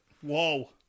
Whoa